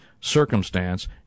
circumstance